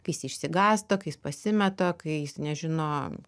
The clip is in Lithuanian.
kai jis išsigąsta kai jis pasimeta kai jis nežino